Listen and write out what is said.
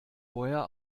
vorher